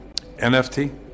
NFT